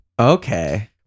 Okay